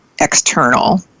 external